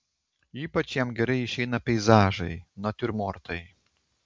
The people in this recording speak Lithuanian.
ypač jam gerai išeina peizažai natiurmortai